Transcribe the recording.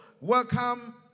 welcome